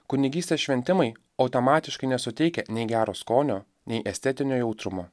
kunigystės šventimai automatiškai nesuteikia nei gero skonio nei estetinio jautrumo